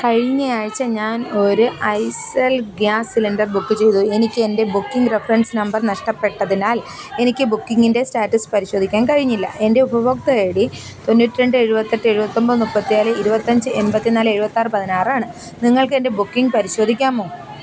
കഴിഞ്ഞയാഴ്ച ഞാൻ ഒരു എസ്സെൽ ഗ്യാസ് സിലിണ്ടർ ബുക്ക് ചെയ്തു എനിക്ക് എൻ്റെ ബുക്കിംഗ് റഫറൻസ് നമ്പർ നഷ്ടപ്പെട്ടതിനാൽ എനിക്ക് ബുക്കിംഗിൻ്റെ സ്റ്റാറ്റസ് പരിശോധിക്കാൻ കഴിഞ്ഞില്ല എൻ്റെ ഉപഭോക്തൃ ഐ ഡി തൊണ്ണൂറ്റി രണ്ട് എഴുപത്തി എട്ട് എഴുപത്തി ഒമ്പത് മുപ്പത്തിനാല് ഇരുപത്തി അഞ്ച് എൺപത്തി നാല് എഴുപത്തി ആറ് പതിനാറാണ് നിങ്ങൾക്ക് എൻ്റെ ബുക്കിംഗ് പരിശോധിക്കാമോ